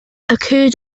occurred